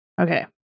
Okay